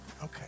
okay